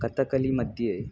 कथकलिमध्ये